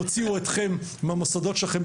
הוציאו אתכם מהמוסדות שלכם,